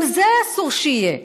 גם זה אסור שיהיה,